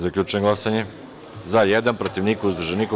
Zaključujem glasanje: za – jedan, protiv – niko, uzdržanih – nema.